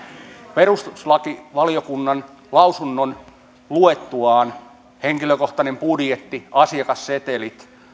perustuslakivaliokunnan lausunnon luettuani henkilökohtainen budjetti asiakassetelit